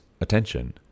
attention